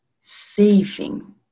saving